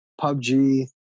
PUBG